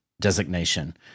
designation